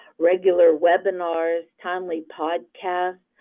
regular webinars, timely podcasts,